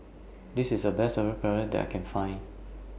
This IS The Best Samgyeopsal that I Can Find